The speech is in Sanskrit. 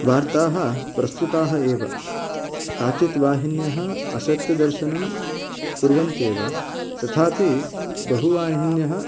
वार्ताः प्रस्तुताः एव काचित् वाहिन्यः असत्य दर्शनं कुर्वन्त्येव तथापि बहु वाहिन्यः